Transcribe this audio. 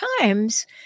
times